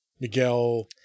Miguel